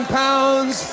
pounds